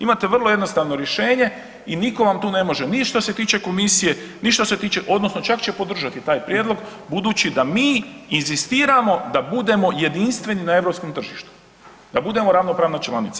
Imate vrlo jednostavno rješenje i niko vam tu ne može ništa, ni što se tiče komisije, ni što se tiče odnosno čak će podržati taj prijedlog budući da mi inzistiramo da budemo jedinstveni na europskom tržištu, da budemo ravnopravna članica.